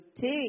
take